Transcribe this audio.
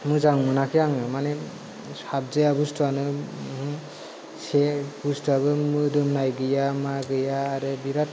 मोजां मोनाखै आङो साबजाया बुसथुआनो जे बुसथुआबो मोदोमनाय गैया मा गैया बिराद